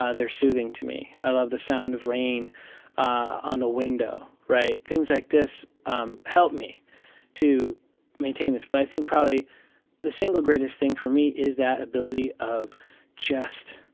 ah they're soothing to me. i love the sound of rain on the window, right? things like this um help me to maintain this. but i think probably the single greatest thing for me is that ability of just